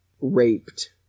raped